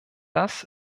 das